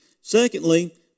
Secondly